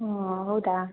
ಹ್ಞೂ ಹೌದಾ